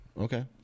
okay